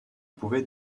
pouvait